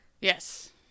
Yes